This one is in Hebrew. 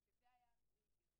בסוף אתה הכוכב האמתי.